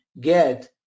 get